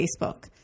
Facebook